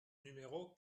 numéro